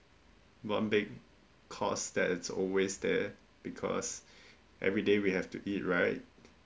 one big cost that is always there because every day we have to eat right